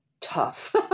tough